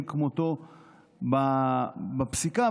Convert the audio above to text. זה כלל צינון שאין כמותו בפסיקה,